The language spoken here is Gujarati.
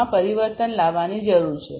માં પરિવર્તન લાવવાની જરૂર છે